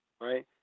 right